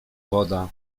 woda